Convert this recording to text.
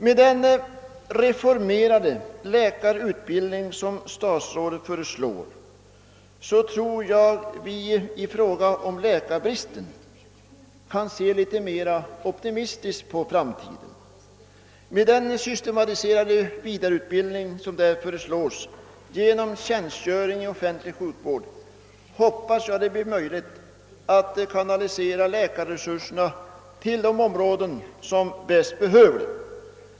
Med den reformerade läkarutbildning som statsrådet föreslår tror jag att vi kan se litet mer optimistiskt på läkarbristen i framtiden. Med den systematiserade vidareutbildning genom tjänstgöring i offentlig sjukvård som föreslås hoppas jag det blir möjligt att kanalisera läkarresurserna till de områden där de bäst behövs.